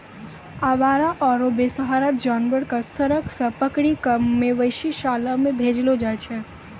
आवारा आरो बेसहारा जानवर कॅ सड़क सॅ पकड़ी कॅ मवेशी शाला मॅ भेजलो जाय छै